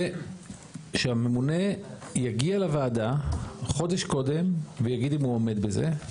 ושהממונה יגיע לוועדה חודש קודם ויגיד אם הוא עומד בזה.